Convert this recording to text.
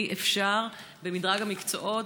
אי-אפשר במדרג המקצועות,